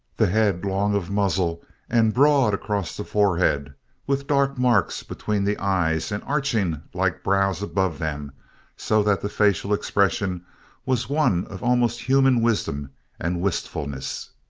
the head long of muzzle and broad across the forehead with dark marks between the eyes and arching like brows above them so that the facial expression was one of almost human wisdom and wistfulness.